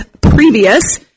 previous